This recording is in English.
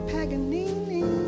Paganini